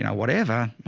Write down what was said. you know whatever.